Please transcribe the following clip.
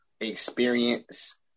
experience